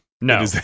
No